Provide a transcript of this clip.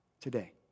today